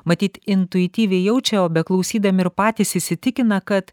matyt intuityviai jaučia o beklausydami ir patys įsitikina kad